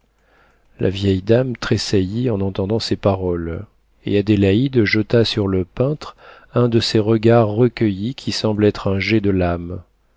la vieille dame tressaillit en entendant ces paroles et adélaïde jeta sur le peintre un de ces regards recueillis qui semblent être un jet de l'âme